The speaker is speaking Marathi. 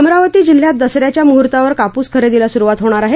अमरावती जिल्ह्यात दुस याच्या मुहर्तावर कापूस खरेदीला सुरवात होणार आहे